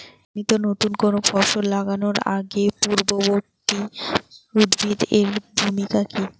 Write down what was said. জমিতে নুতন কোনো ফসল লাগানোর আগে পূর্ববর্তী উদ্ভিদ এর ভূমিকা কি?